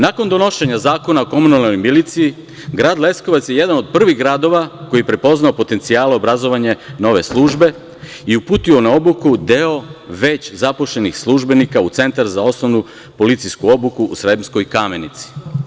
Nakon donošenja zakona o komunalnoj miliciji, grad Leskovac je jedan od prvih gradova koji je prepoznao potencijal obrazovanja nove službe i uputio na obuku deo već zaposlenih službenika u centar za osnovnu policijsku obuku u Sremskoj Kamenici.